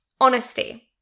honesty